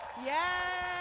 yeah.